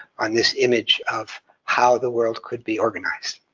on this image of how the world could be organized.